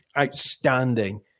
Outstanding